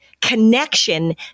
connection